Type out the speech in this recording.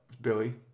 Billy